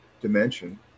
dimension